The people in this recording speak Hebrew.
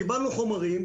קיבלנו חומרים,